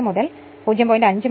4 മുതൽ 0